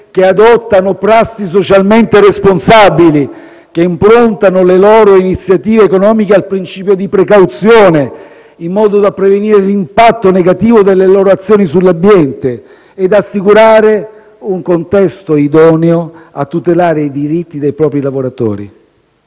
che adottano prassi socialmente responsabili, che improntano le loro iniziative economiche al principio di precauzione, in modo da prevenire l'impatto negativo delle loro azioni sull'ambiente e assicurare un contesto idoneo a tutelare i diritti dei propri lavoratori.